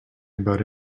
about